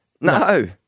No